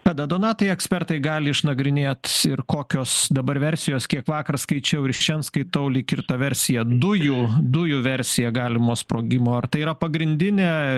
kada donatai ekspertai gali išnagrinėt ir kokios dabar versijos kiek vakar skaičiau ir šiandien skaitau lyg ir ta versija dujų dujų versija galimo sprogimo ar tai yra pagrindinė